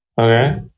Okay